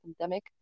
pandemic